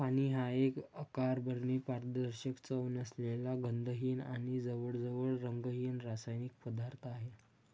पाणी हा एक अकार्बनी, पारदर्शक, चव नसलेला, गंधहीन आणि जवळजवळ रंगहीन रासायनिक पदार्थ आहे